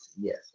Yes